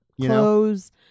Clothes